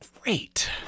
great